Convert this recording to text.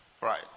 Right